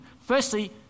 firstly